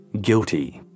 Guilty